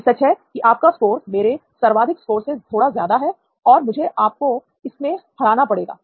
यह सच है की आपका स्कोर मेरे सर्वाधिक स्कोर से थोड़ा ज्यादा है और मुझे आपको इसमें हराना पड़ेगा